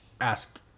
ask